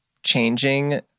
changing